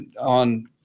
on